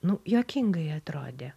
nu juokingai atrodė